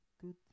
good